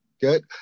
good